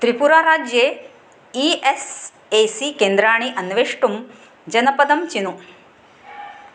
त्रिपुराराज्ये E S A C केन्द्राणि अन्वेष्टुं जनपदं चिनु